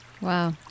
Wow